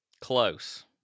Close